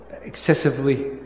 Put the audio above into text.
excessively